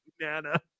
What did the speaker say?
Nana